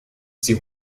sie